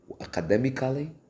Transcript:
Academically